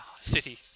City